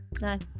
Nice